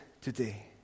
today